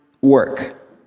work